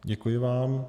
Děkuji vám.